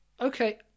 Okay